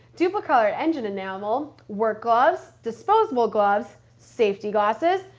duplicolor engine enamel, work gloves disposable gloves, safety glasses,